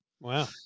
Wow